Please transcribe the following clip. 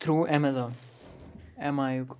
through Amazon M I یُک